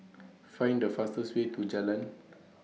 Find The fastest Way to Jalan